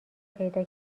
پیدا